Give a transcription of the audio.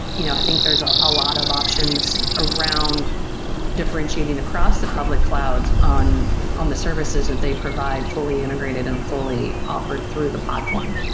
you know i think there's a ah lot of options around differentiating across the public cloud on on the services that they provide fully integrated and fully offered through the platform.